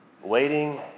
Waiting